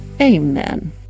amen